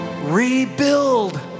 Rebuild